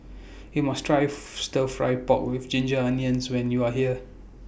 YOU must Try Stir Fry Pork with Ginger Onions when YOU Are here